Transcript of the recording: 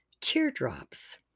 Teardrops